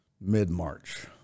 mid-March